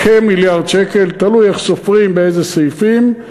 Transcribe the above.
כמיליארד שקל, תלוי איך סופרים, באיזה סעיפים.